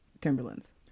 Timberlands